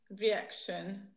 reaction